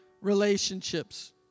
relationships